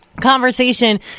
Conversation